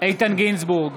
איתן גינזבורג,